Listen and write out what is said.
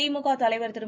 திமுக தலைவர் திரு